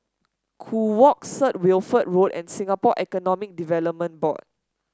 Kew Walk Set Wilfred Road and Singapore Economic Development Board